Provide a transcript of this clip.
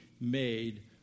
made